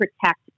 protect